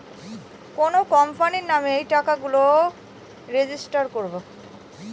কোনো কোম্পানির নামে এই টাকা গুলো রেজিস্টার করবো